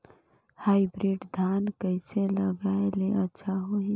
Hybrid धान कइसे लगाय ले अच्छा होही?